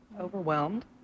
Overwhelmed